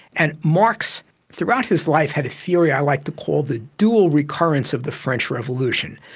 and marx throughout his life had a theory i like to call the dual recurrence of the french revolution.